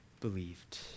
believed